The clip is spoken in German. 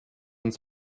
und